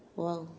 !wow!